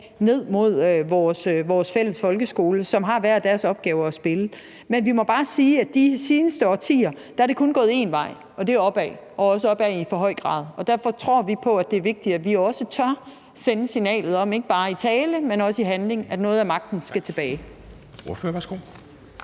til vores fælles folkeskole, som har hver deres opgave at løse. Men vi må bare sige, at det de seneste årtier kun er gået en vej, og det er opad, og det er også gået opad i for høj grad, og derfor tror vi på, at det er vigtigt, at vi også tør at sende et signal ikke bare i tale, men også i handling, om, at noget af magten skal gives